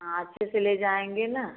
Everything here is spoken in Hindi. हाँ अच्छे से ले जाएँगे ना